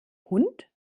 hund